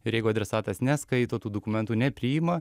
ir jeigu adresatas neskaito tų dokumentų nepriima